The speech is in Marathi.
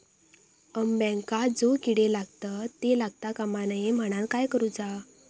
अंब्यांका जो किडे लागतत ते लागता कमा नये म्हनाण काय करूचा?